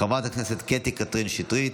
חברת הכנסת קטי קטרין שטרית.